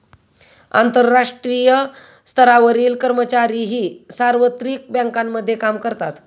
आंतरराष्ट्रीय स्तरावरील कर्मचारीही सार्वत्रिक बँकांमध्ये काम करतात